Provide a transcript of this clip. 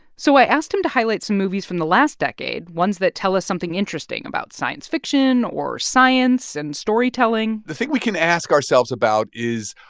so i asked him to highlight some movies from the last decade, ones that tell us something interesting about science fiction or science and storytelling the thing we can ask ourselves about is,